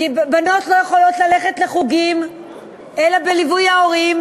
בנות לא יכולות ללכת לחוגים אלא בליווי ההורים.